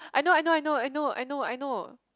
I know I know I know I know I know I know